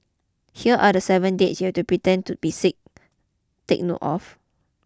here are the seven dates you have to pretend to be sick take note of